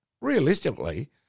realistically